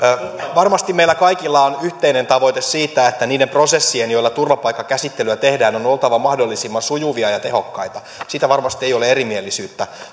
varmasti meillä kaikilla on yhteinen tavoite siinä että niiden prosessien joilla turvapaikkakäsittelyä tehdään on oltava mahdollisimman sujuvia ja tehokkaita siitä varmasti ei ole erimielisyyttä